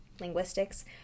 linguistics